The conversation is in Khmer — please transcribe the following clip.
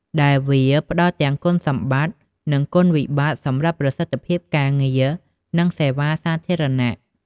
ដែលវាផ្តល់ទាំងគុណសម្បត្តិ និងគុណវិបត្តិសម្រាប់ប្រសិទ្ធភាពការងារ និងសេវាសាធារណៈ។